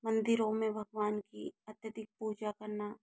मंदिरों में भगवान की अत्यधिक पूजा करना